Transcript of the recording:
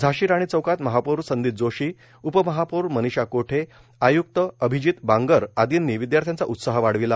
झांशी राणी चौकात महापौर संदीप जोशी उपमहापौर मनीषा कोठे आय्क्त अभिजीत बांगर आदींनी विद्यार्थ्यांचा उत्साह वाढविला